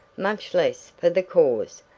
much less for the cause.